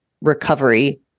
recovery